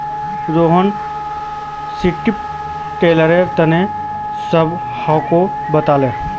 Rohan strip tiller तने सबहाको बताले